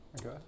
Okay